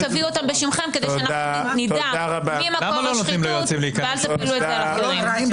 תביאו אותם בשמכם כדי שנדע מי גורם השחיתות ואל תפילו את זה על אחרים.